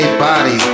body